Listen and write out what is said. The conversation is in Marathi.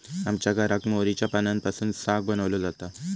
आमच्या घराक मोहरीच्या पानांपासून साग बनवलो जाता